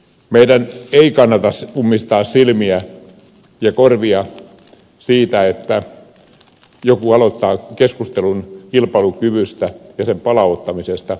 meidän ei kannata ummistaa silmiä ja korvia siltä että joku aloittaa keskustelun kilpailukyvystä ja sen palauttamisesta